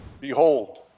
Behold